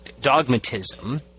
dogmatism